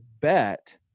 bet